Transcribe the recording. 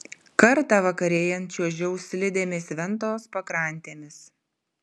kartą vakarėjant čiuožiau slidėmis ventos pakrantėmis